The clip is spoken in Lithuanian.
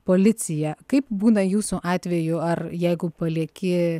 policiją kaip būna jūsų atveju ar jeigu palieki